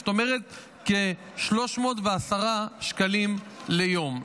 זאת אומרת כ-310 שקלים ליום.